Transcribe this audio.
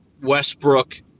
Westbrook